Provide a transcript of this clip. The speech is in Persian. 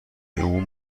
عموم